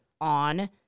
on